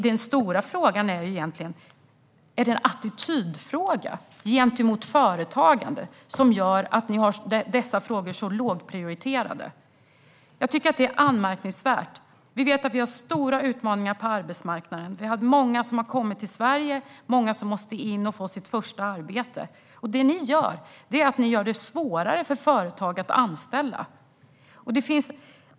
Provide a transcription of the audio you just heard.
Den stora frågan handlar om attityden gentemot företagande och varför ni prioriterar frågorna så lite. Detta är anmärkningsvärt. Vi har stora utmaningar på arbetsmarknaden med många som har kommit till Sverige och som måste komma in på arbetsmarknaden och få sitt första arbete. Ni gör det svårare för företag att anställa.